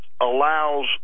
allows